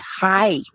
Hi